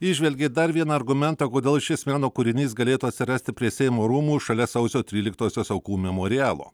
įžvelgė dar vieną argumentą kodėl šis meno kūrinys galėtų atsirasti prie seimo rūmų šalia sausio tryliktosios aukų memorialo